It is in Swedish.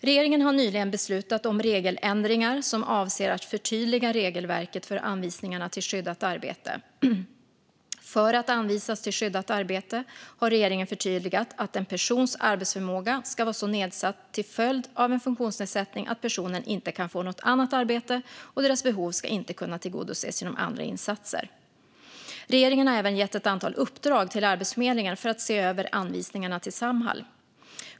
Regeringen har nyligen beslutat om regeländringar som avser att förtydliga regelverket för anvisningarna till skyddat arbete. För att anvisas till skyddat arbete har regeringen förtydligat att en persons arbetsförmåga ska vara så nedsatt till följd av en funktionsnedsättning att personen inte kan få något annat arbete och att personens behov inte kan tillgodoses genom andra insatser. Regeringen har även gett ett antal uppdrag till Arbetsförmedlingen för att se över anvisningarna till Samhall.